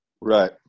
Right